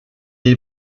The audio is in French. est